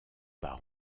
par